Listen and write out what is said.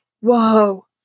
whoa